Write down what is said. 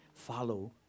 follow